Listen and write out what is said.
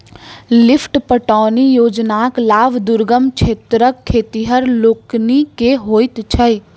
lift पटौनी योजनाक लाभ दुर्गम क्षेत्रक खेतिहर लोकनि के होइत छै